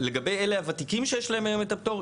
לגבי אלה הוותיקים שיש להם היום את הפטור,